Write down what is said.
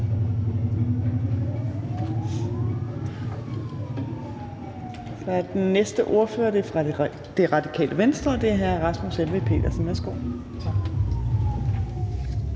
Den næste ordfører er fra Det Radikale Venstre, og det er hr. Rasmus Helveg Petersen.